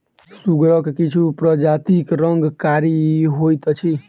सुगरक किछु प्रजातिक रंग कारी होइत अछि